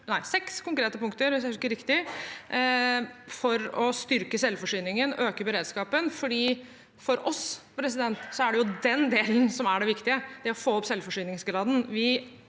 fram seks konkrete punkter, hvis jeg husker riktig, for å styrke selvforsyningen og øke beredskapen. For oss er det den delen som er den viktige, det å få opp selvforsyningsgraden.